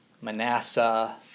Manasseh